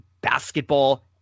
basketball